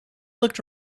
looked